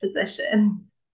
positions